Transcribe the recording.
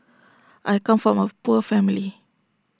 I come from A poor family